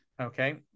Okay